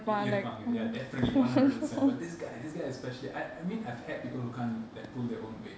இருப்பாங்க:iruppanka ya definitely one hundred percent but this guy this guy especially I I mean I've had people who can't like pull their own weight